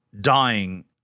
dying